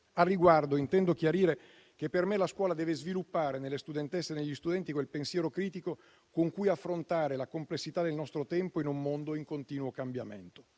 Al riguardo, intendo chiarire che per me la scuola deve sviluppare nelle studentesse e negli studenti un pensiero critico con cui affrontare la complessità del nostro tempo in un mondo in continuo cambiamento.